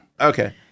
Okay